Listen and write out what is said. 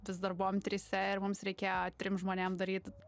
vis dar buvom trise ir mums reikėjo trim žmonėm daryti